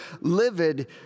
livid